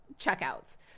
checkouts